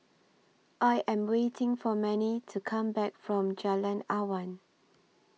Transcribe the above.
I Am waiting For Mannie to Come Back from Jalan Awan